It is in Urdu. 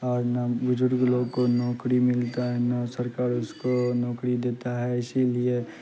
اور نہ بزرگ لوگ کو نوکری ملتا ہے نہ سرکار اس کو نوکری دیتا ہے اسی لیے